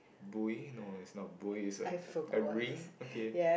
buoy no it's not buoy it's a a ring okay